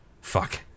Fuck